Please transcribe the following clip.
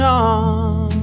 on